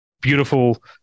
beautiful